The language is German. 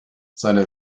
seine